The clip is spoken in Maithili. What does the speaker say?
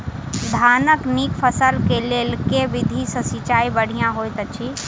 धानक नीक फसल केँ लेल केँ विधि सँ सिंचाई बढ़िया होइत अछि?